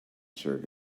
shirt